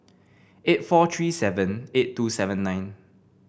eight four three seven eight two seven nine